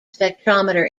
spectrometer